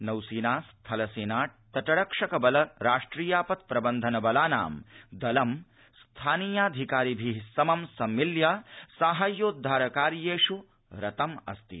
नौसेना स्थलसेना तटरक्षकबल राष्ट्रियापत्प्रबन्धन बलानां दलं स्थानीयाधिकारिभि समं सम्मिल्य साहाय्योद्वार कार्येष् रतम् अस्ति